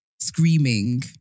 screaming